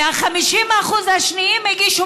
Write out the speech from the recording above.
ה-50% האחרות הגישו